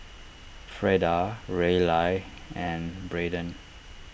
Freda Raleigh and Braedon